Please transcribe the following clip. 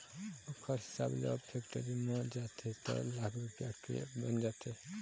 ओखर हिसाब ले अब फेक्टरी म जाथे त लाख रूपया के बन जाथे